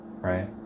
right